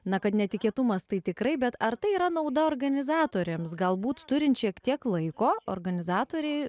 na kad netikėtumas tai tikrai bet ar tai yra nauda organizatoriams galbūt turint šiek tiek laiko organizatoriai